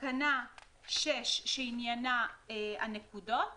תקנה 6 שעניינה הנקודות.